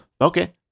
Okay